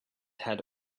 had